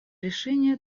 решения